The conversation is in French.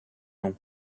nom